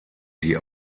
die